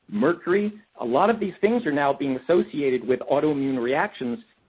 mercury-a ah lot of these things are now being associated with autoimmune reactions.